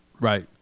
Right